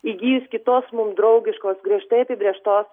įgijus kitos mum draugiškos griežtai apibrėžtos